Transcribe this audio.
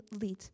lead